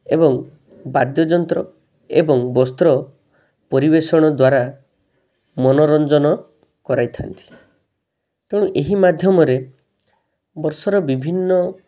ଏବଂ ବାଦ୍ୟଯନ୍ତ୍ର ଏବଂ ବସ୍ତ୍ର ପରିବେଷଣ ଦ୍ୱାରା ମନୋରଞ୍ଜନ କରାଇଥାନ୍ତି ତେଣୁ ଏହି ମାଧ୍ୟମରେ ବର୍ଷର ବିଭିନ୍ନ